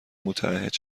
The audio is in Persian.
متعهد